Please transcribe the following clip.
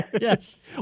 Yes